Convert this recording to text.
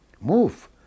move